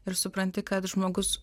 ir supranti kad žmogus